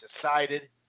decided